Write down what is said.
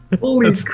Holy